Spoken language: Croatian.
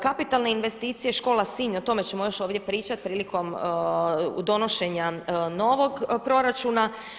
Kapitalne investicije škola Sinj, o tome ćemo još ovdje pričati prilikom donošenja novog proračuna.